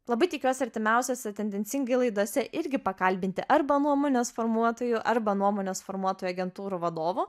labai tikiuosi artimiausiose tendencingai laidose irgi pakalbinti arba nuomonės formuotojų arba nuomonės formuotojų agentūrų vadovų